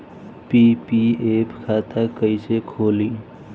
PPF खाता कैसे खुली?